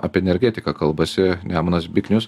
apie energetiką kalbasi nemunas biknius